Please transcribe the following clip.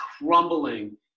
crumbling